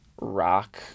rock